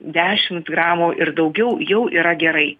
dešimt gramų ir daugiau jau yra gerai